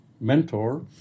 mentor